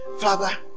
Father